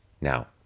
Now